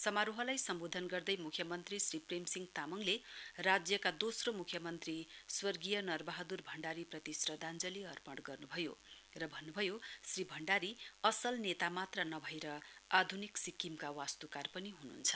समारोहलाई सम्बोधन गर्दै मुख्यमन्त्री श्री प्रेम सिंह तामाङले राज्यका दोस्रो मुख्यमन्त्री स्व नरबहाद्र भण्डारीप्रति श्रद्धाञ्जली अर्पण गर्न् भयो र भन्नुभयो श्री भण्डारी असल नेता मात्र नभएर आध्निक सिक्किमका वास्त्कार पनि हन्हुन्छ